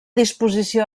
disposició